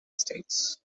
states